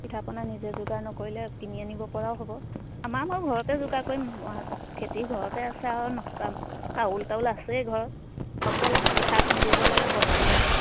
পিঠা পনা নিজে যোগাৰ নকৰিলে কিনি আনিব পৰাও হ'ব আমাৰ বাৰু ঘৰতে যোগাৰ কৰিম খেতিৰ ঘৰতে আছে আৰু ন চাউল তাউল আছেই ঘৰত অকল পিঠা খুন্দিব লাগে বনাব লাগে